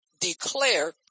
declare